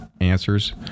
answers